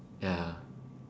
ya